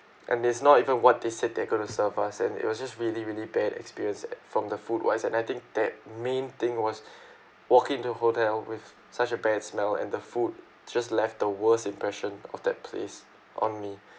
and it's not even what they said they're going to serve us and it was just really really bad experience from the food wise and I think that main thing was walking into hotel with such a bad smell and the food just left the worst impression of that place on me